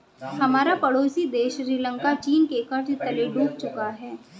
हमारा पड़ोसी देश श्रीलंका चीन के कर्ज तले डूब चुका है